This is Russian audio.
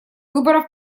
выборов